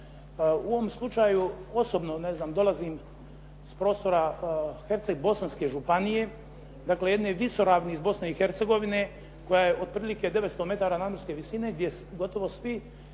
U ovom slučaju, osobno dolazim s prostora Herceg-bosanske županije dakle jedne visoravni iz Bosne i Hercegovine koja je otprilike 900 metara nadmorske visine gdje gotovo svi